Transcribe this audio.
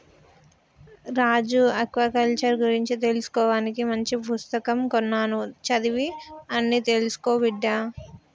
రాజు aquaculture గురించి తెలుసుకోవానికి మంచి పుస్తకం కొన్నాను చదివి అన్ని తెలుసుకో బిడ్డా